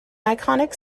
iconic